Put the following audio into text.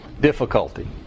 Difficulty